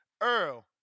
Earl